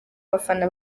abafana